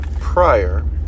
prior